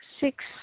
Six